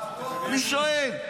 אני שואל.